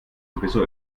sowieso